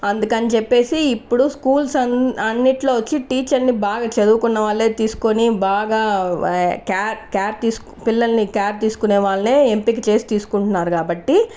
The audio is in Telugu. అందుకని చెప్పేసి ఇప్పుడు స్కూల్స్ అ అన్నిట్లో వచ్చి టీచర్ని బాగా చదువుకున్న వాళ్ళే తీసుకొని బాగా క్యా క్యార్ తీసుకు పిల్లల్ని క్యార్ తీస్కునే వాళ్ళనే ఎంపిక చేసి తీస్కుంటున్నారు కాబట్టి